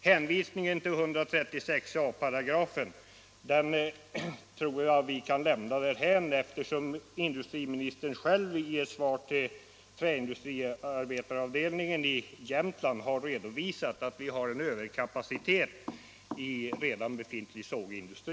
Hänvisningen till 136 a § byggnadslagen tror jag vi kan lämna därhän, eftersom industriministern själv i ett svar till Träindustriarbetareförbundets avdelning i Jämtland har redovisat att det finns en överkapacitet vid redan befintlig sågindustri.